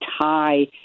tie